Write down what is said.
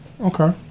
Okay